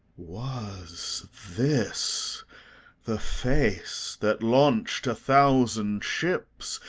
was this the face that launch'd a thousand ships,